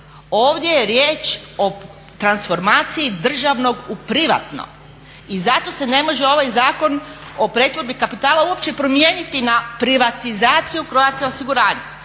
Ovdje je riječ o transformaciji državnog u privatno i zato se ne može ovaj Zakon o pretvorbi kapitala uopće primijeniti na privatizaciju Croatia osiguranja.